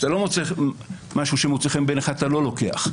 וכשאתה לא מוצא משהו שמוצא חן בעיניך אתה לא לוקח.